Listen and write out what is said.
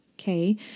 okay